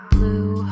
Blue